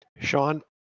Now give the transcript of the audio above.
sean